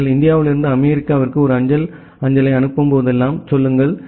நீங்கள் இந்தியாவிலிருந்து அமெரிக்காவிற்கு ஒரு அஞ்சல் அஞ்சலை அனுப்பும் போதெல்லாம் சொல்லுங்கள்